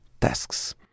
tasks